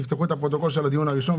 תפתחו את הפרוטוקול של הדיון הראשון,